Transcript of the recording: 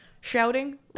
shouting